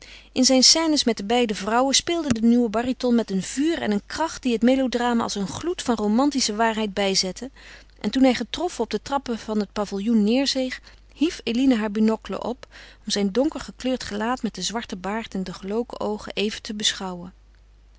in zijn scènes met de beide vrouwen speelde de nieuwe baryton met een vuur en een kracht die het melodrama als een gloed van romantische waarheid bijzette en toen hij getroffen op de trappen van het paviljoen neêrzeeg hief eline haar binocle op om zijn donker gekleurd gelaat met den zwarten baard en de geloken oogen even te beschouwen